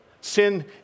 Sin